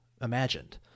imagined